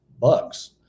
bugs